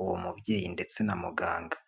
uwo mubyeyi ndetse na muganga.